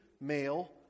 male